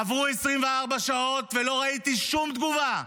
עברו 24 שעות ולא ראיתי שום תגובה,